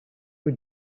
were